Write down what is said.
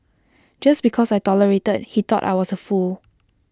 just because I tolerated he thought I was A fool